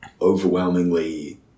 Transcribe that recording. overwhelmingly